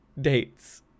dates